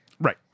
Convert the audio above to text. Right